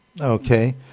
Okay